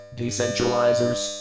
decentralizers